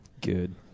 Good